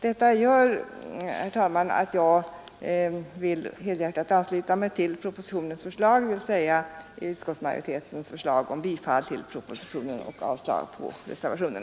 Detta gör, herr talman, att jag helhjärtat ansluter mig till utskottsmajoritetens förslag om bifall till propositionen.